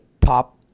pop